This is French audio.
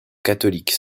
catholique